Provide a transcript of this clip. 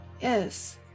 Yes